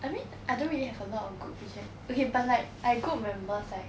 I mean I don't really have a lot of group project okay but like I group members like